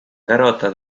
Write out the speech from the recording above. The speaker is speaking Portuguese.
garota